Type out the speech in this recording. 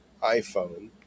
iPhone